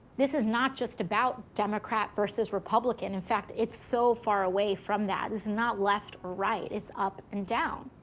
this is not just about democrat versus republican, in fact, it's so far away from that. it's not left or right, it's up and down.